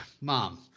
mom